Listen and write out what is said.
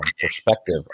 perspective